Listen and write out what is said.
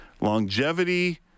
Longevity